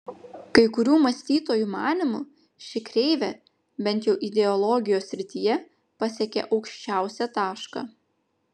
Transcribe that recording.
kai kurių mąstytojų manymu ši kreivė bent jau ideologijos srityje pasiekė aukščiausią tašką